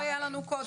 מה שלא היה לנו קודם.